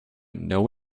know